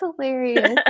hilarious